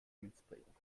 münzprägung